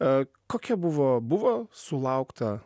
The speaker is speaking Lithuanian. a kokia buvo buvo sulaukta